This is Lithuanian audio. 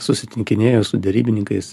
susitinkinėju su derybininkais